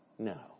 No